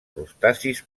crustacis